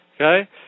okay